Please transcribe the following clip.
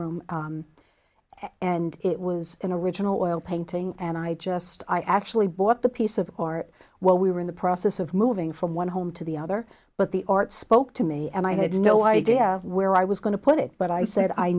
showroom and it was an original oil painting and i just i actually bought the piece of art while we were in the process of moving from one home to the other but the art spoke to me and i had no idea where i was going to put it but i said i